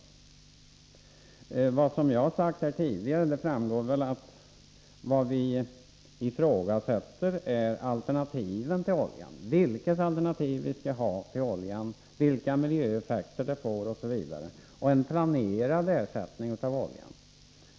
Av vad jag sagt tidigare framgår väl att vad vi ifrågasätter är alternativen till oljan. Vilket alternativ skall vi ha till oljan, vilka miljöeffekter får det, osv.? Blir det en planerad ersättning av oljan?